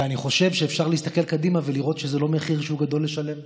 ואני חושב שאפשר להסתכל קדימה ולראות שזה לא מחיר שהוא גדול לשלם.